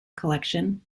collection